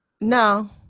No